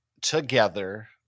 together